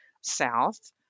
South